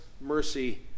mercy